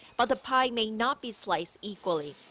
but the pie may not be sliced equally.